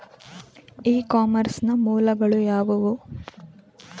E commerce ನ ಮೂಲಗಳು ಯಾವುವು?